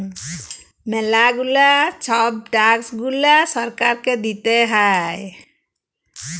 ম্যালা গুলা ছব ট্যাক্স গুলা সরকারকে দিতে হ্যয়